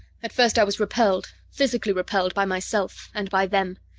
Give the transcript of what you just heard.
at first i was repelled physically repelled by myself, and by them.